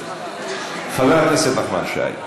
חבר הכנסת נחמן שי,